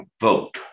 vote